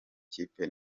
kipe